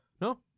No